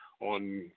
on